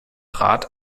rat